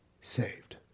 saved